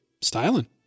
styling